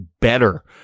better